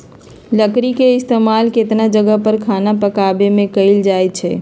लकरी के इस्तेमाल केतता जगह पर खाना पकावे मे कएल जाई छई